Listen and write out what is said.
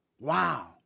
wow